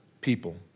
people